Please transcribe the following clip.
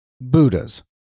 Buddhas